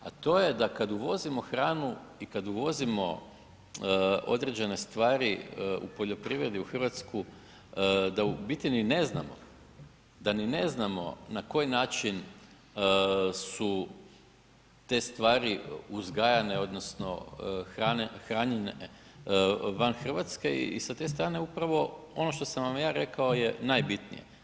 A to je da kad uvozimo hranu i kad uvozimo određene stvari u poljoprivredu u Hrvatsku, da u biti ni ne znamo na koji način su te stvari uzgajane, odnosno hranjene van Hrvatske i sa te strane upravo ono što sam vam ja rekao je najbitnije.